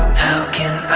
how can